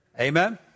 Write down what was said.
Amen